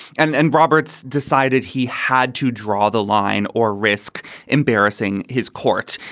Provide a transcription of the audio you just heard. and and roberts decided he had to draw the line or risk embarrassing his court.